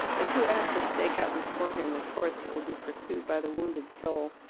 and too apt to stake out beforehand the course that will be pursued by the wounded soul.